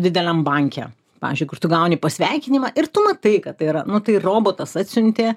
dideliam banke pavyzdžiui kur tu gauni pasveikinimą ir tu matai kad tai yra nu tai robotas atsiuntė